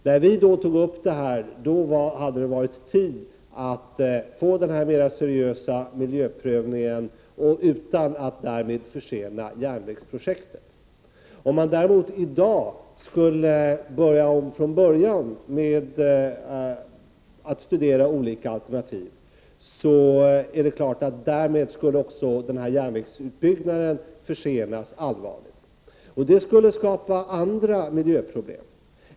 När vi tog upp detta hade det funnits tid att få denna mer seriösa miljöprövning utan att därmed försena järnvägsprojektet. Om man däremot i dag skulle börja om från början med att studera olika alternativ, skulle också järnvägsutbyggnaden allvarligt försenas. Det skulle skapa andra miljöproblem.